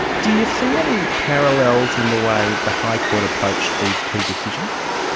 do you see any parallels in the way the high court approached these two decisions?